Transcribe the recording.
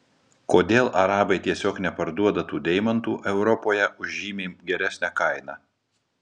kodėl arabai tiesiog neparduoda tų deimantų europoje už žymiai geresnę kainą